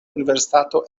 universitato